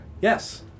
Yes